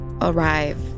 arrive